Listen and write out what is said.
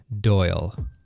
Doyle